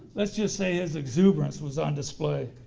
let's just say his exuberance was on display.